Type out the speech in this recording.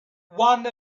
one